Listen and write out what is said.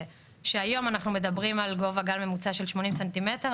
שהיום אנחנו מדברים על גובה גל ממוצע של 80 סנטימטר,